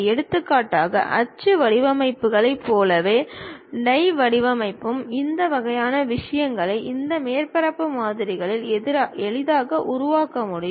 எடுத்துக்காட்டாக அச்சு வடிவமைப்புகளைப் போலவே டை வடிவமைப்பும் இந்த வகையான விஷயங்களை இந்த மேற்பரப்பு மாதிரிகளால் எளிதாக உருவாக்க முடியும்